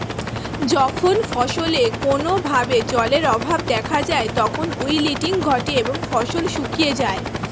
যখন ফসলে কোনো ভাবে জলের অভাব দেখা যায় তখন উইল্টিং ঘটে এবং ফসল শুকিয়ে যায়